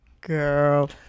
Girl